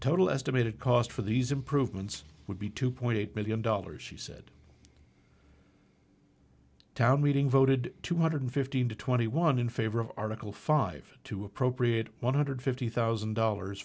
total estimated cost for these improvements would be two point eight million dollars she said town meeting voted two hundred fifteen to twenty one in favor of article five to appropriate one hundred fifty thousand dollars